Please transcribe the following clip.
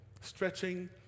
stretching